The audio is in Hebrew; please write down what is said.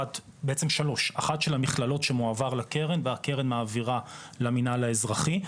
אחת של המכללות שמועבר לקרן והקרן מעבירה למנהל האזרחי,